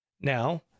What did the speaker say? Now